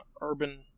urban